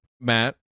Matt